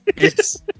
yes